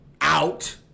out